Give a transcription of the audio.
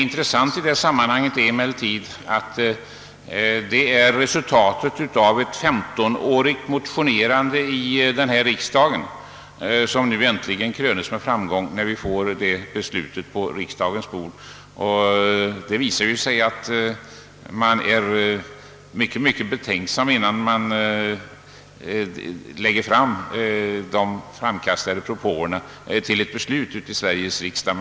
Intressant i sammanhanget är att ett 15-årigt motionerande här i riksdagen nu krönes med framgång när vi äntligen får ett förslag på riksdagens bord. Detta exempel visar att regeringen är mycket betänksam innan den låter framkastade propåer resultera i förslag till Sveriges riksdag.